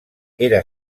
era